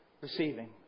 receiving